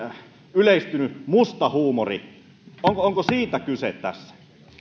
yleistynyt musta huumori onko siitä kyse tässä